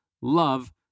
love